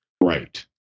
Right